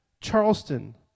Charleston